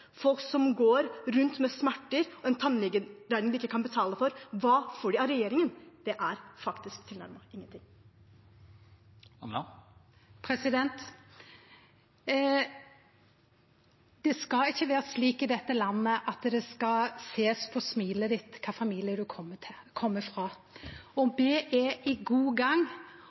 folk som går rundt med smerter og en tannlegeregning de ikke kan betale, hva får de av regjeringen? Det er faktisk tilnærmet ingenting. Det skal ikkje vere slik i dette landet at det skal synast på smilet kva familie ein kjem frå. Me er i god gang. Igjen: Det er ikkje snakk om smular, ein stad må me begynne. I